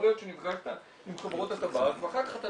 יכול להיות שנפגשת עם חברות הטבק ואחר